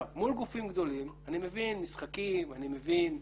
מול גופים גדולים, אני מבין משחקים, אני מבין.